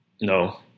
No